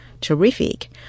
terrific